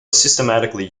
systematically